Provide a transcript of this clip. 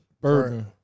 Bourbon